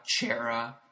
Chera